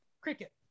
cricket